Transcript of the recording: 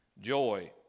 joy